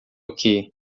aqui